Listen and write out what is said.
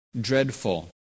dreadful